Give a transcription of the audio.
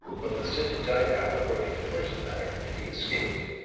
but the scent died out before they could clinch the matter, and he escaped.